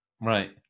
Right